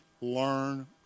learn